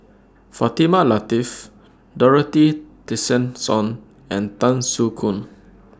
Fatimah Lateef Dorothy Tessensohn and Tan Soo Khoon